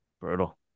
brutal